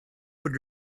would